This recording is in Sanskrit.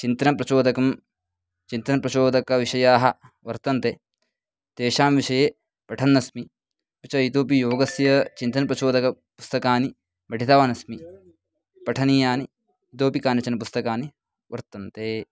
चिन्तनप्रचोदकं चिन्तनप्रचोदकविषयाः वर्तन्ते तेषां विषये पठन्नस्मि अपि च इतोऽपि योगस्य चिन्तनं प्रचोदकपुस्तकानि पठितवानस्मि पठनीयानि इतोऽपि कानिचन पुस्तकानि वर्तन्ते